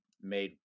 made